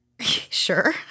Sure